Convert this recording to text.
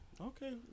Okay